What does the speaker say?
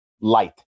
light